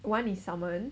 one is salmon